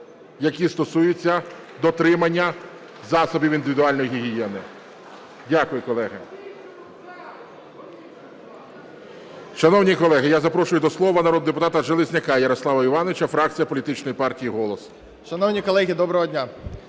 які стосуються дотримання засобів індивідуальної гігієни. Дякую, колеги. Шановні колеги, я запрошую до слова народного депутата Железняка Ярослава Іванович, фракція політичної партії "Голос".